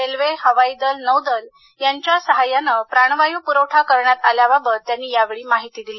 railway हवाईदलं नौदल यांच्या सहाय्यानं प्राणवायू पुरवठा करण्यात आल्याबाबत त्यांनी यावेळी माहिती दिली